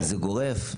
זה גורף?